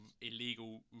illegal